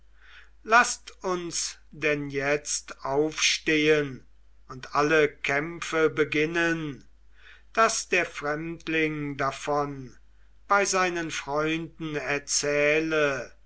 laßt uns denn jetzt aufstehen und alle kämpfe beginnen daß der fremdling davon bei seinen freunden erzähle